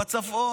ובצפון.